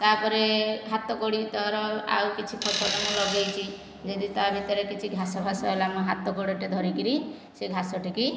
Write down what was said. ତାପରେ ହାତ କୋଡ଼ି ତାର ଆଉ କିଛି ଫସଲ ମୁଁ ଲଗେଇଛି ଯଦି ତା ଭିତରେ କିଛି ଘାସ ଫାସ ହେଲା ମୁଁ ହାତ କୋଡ଼ିଟେ ଧରିକିରି ସେ ଘାସ ଟି କି